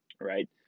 right